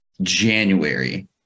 January